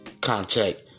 contact